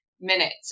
minutes